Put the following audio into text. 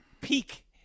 peak